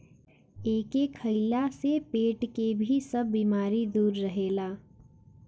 एके खइला से पेट के भी सब बेमारी दूर रहेला